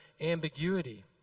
ambiguity